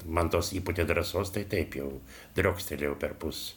man tos įpūtė drąsos tai taip jau driokstelėjau perpus